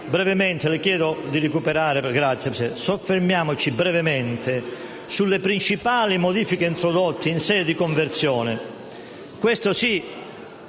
Soffermiamoci sulle principali modifiche introdotte in sede di conversione.